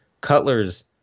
Cutler's